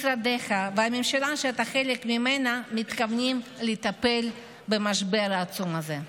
משרדך והממשלה שאתה חלק ממנה מתכוונים לטפל במשבר העצום הזה?